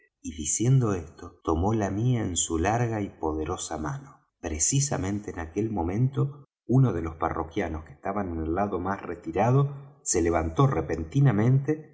y diciendo esto tomó la mía en su larga y poderosa mano precisamente en aquel momento uno de los parroquianos que estaban en el lado más retirado se levantó repentinamente